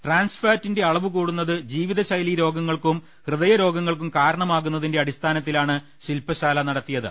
ട്രാൻ സ്ഫാറ്റിന്റെ അളവ് കൂടുന്നത് ജീവിത ശൈലീ രോഗങ്ങൾക്കും ഹൃദയ രോഗങ്ങൾക്കും കാരണമാകുന്നതിന്റെ അടിസ്ഥാനത്തിലാ ണ് ശിൽപശാല നടത്തിയത്